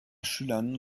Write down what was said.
schülern